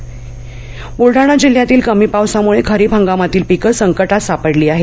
पीक पाहणी ब्लडाणा जिल्ह्यातील कमी पावसामुळे खरीप हंगामातील पिकं संकटात सापडली आहेत